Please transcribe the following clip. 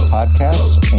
Podcasts